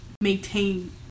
Maintain